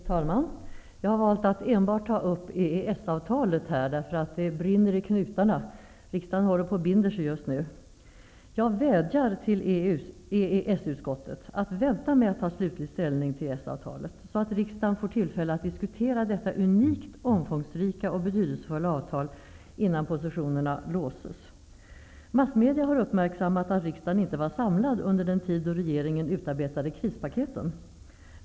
Fru talman! Jag har valt att enbart ta upp EES avtalet här, för det brinner i knutarna. Riksdagen håller på att bestämma sig just nu. Jag vädjar till EES-utskottet att vänta med att ta slutlig ställning till EES-avtalet, så att riksdagen får tillfälle att diskutera detta unikt omfångsrika och betydelsefulla avtal, innan positionerna låses! Massmedia har uppmärksammat att riksdagen inte var samlad under den tid då regeringen utarbetade krispaketen.